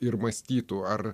ir mąstytų ar